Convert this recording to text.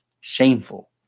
Shameful